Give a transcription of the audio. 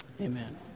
Amen